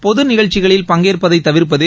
பொது நிகழ்ச்சிகளில் பங்கேற்பதை தவிர்ப்பது